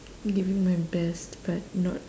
giving my best but not